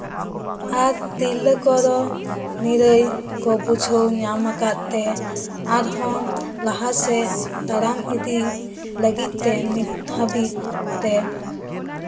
ᱟᱨ ᱛᱤᱨᱞᱟᱹ ᱠᱚᱫᱚ ᱱᱤᱨᱟᱹᱭ ᱠᱚ ᱵᱩᱡᱷᱟᱹᱣ ᱧᱟᱢ ᱟᱠᱟᱫ ᱛᱮ ᱟᱨᱦᱚᱸ ᱞᱟᱦᱟ ᱥᱮᱫ ᱛᱟᱲᱟᱢ ᱤᱫᱤ ᱞᱟᱹᱜᱤᱫ ᱛᱮ ᱱᱤᱛ ᱦᱟ ᱵᱤᱡ ᱛᱮ